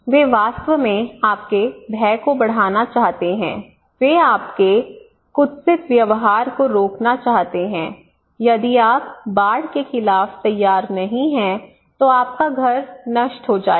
वे वास्तव में आपके भय को बढ़ाना चाहते हैं वे आपके कुत्सित व्यवहार को रोकना चाहते हैं यदि आप बाढ़ के खिलाफ तैयार नहीं हैं तो आपका घर नष्ट हो जाएगा